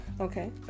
Okay